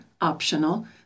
optional